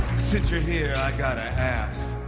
since you're here, i got to ask,